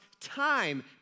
time